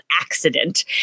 accident